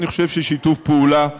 אני חושב ששיתוף פעולה טוב.